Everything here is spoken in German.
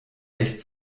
recht